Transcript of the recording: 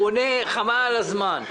הוא עונה חבל על הזמן.